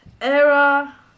era